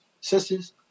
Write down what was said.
sisters